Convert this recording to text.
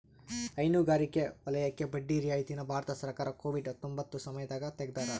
ಹೈನುಗಾರಿಕೆ ವಲಯಕ್ಕೆ ಬಡ್ಡಿ ರಿಯಾಯಿತಿ ನ ಭಾರತ ಸರ್ಕಾರ ಕೋವಿಡ್ ಹತ್ತೊಂಬತ್ತ ಸಮಯದಾಗ ತೆಗ್ದಾರ